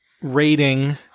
rating